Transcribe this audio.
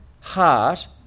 heart